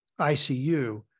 ICU